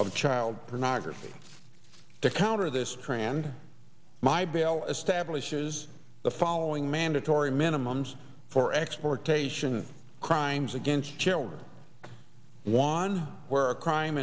of child pornography to counter this trend my bill establishes the following mandatory minimums for exportation crimes against children one where a crime